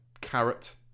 carrot